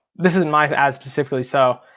this is my ad specifically, so.